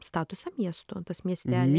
statusą miesto tas miestelis